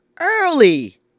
early